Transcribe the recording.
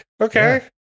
Okay